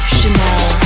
Chanel